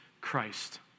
Christ